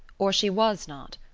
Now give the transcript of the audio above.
or she was not.